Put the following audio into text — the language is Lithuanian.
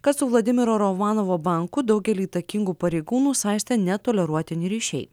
kad su vladimiro romanovo bankų daugelį įtakingų pareigūnų saistė netoleruotini ryšiai